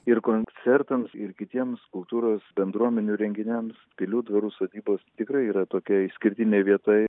ir koncertams ir kitiems kultūros bendruomenių renginiams pilių dvarų sodybos tikrai yra tokia išskirtinė vieta